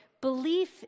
belief